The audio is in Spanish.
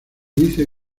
dice